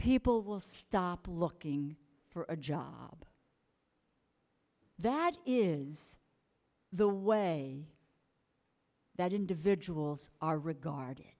people will stop looking for a job that is the way that individuals are regard